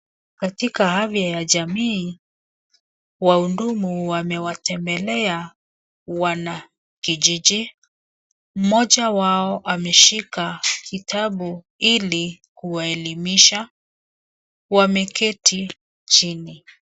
Katika afya ya jamii ,wahudumu wamewatembelea wanakijiji. Mmoja wao ameshika kitabu ili kuwaelimisha, wameketi chini.